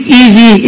easy